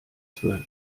zwölf